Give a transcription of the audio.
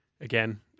again